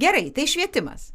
gerai tai švietimas